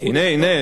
הנה,